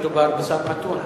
2449,